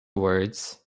words